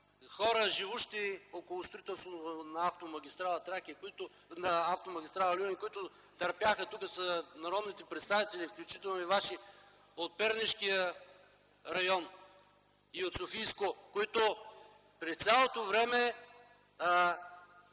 хора, живущи около строителството на автомагистрала „Люлин”, които търпяха, тук са и народните представители, включително и ваши от Пернишкия район и от Софийско, които през цялото време